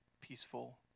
peaceful